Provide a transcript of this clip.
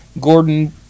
Gordon